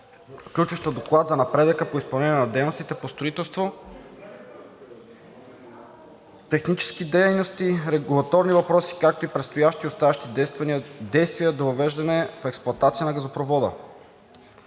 включваща доклад за напредъка по изпълнение на дейностите по строителство, технически дейности, регулаторни въпроси, както и предстоящи и оставащи действия до въвеждане в експлоатация на газопровода.